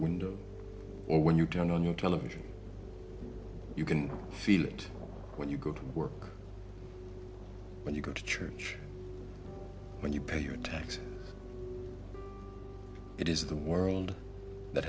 window or when you turn on your television you can feel it when you go to work when you go to church when you pay your taxes it is the world that